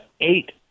eight